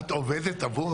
ושם הרוב זה נשים קודם כל.